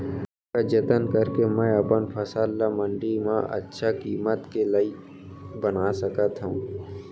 का का जतन करके मैं अपन फसल ला मण्डी मा अच्छा किम्मत के लाइक बना सकत हव?